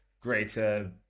greater